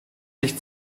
sich